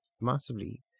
massively